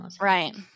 Right